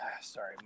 sorry